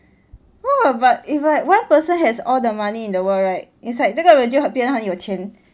no what but if like one person has all the money in the world right it's like 那个人就很变成有钱